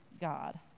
God